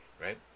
right